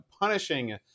punishing